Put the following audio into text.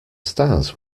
stars